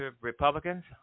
Republicans